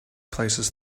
places